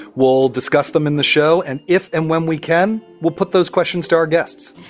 we'll discuss them in the show and if and when we can. we'll put those questions to our guests.